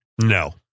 no